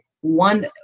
one